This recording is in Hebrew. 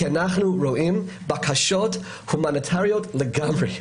כי אנחנו רואים בקשות הומניטריות לגמרי.